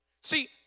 See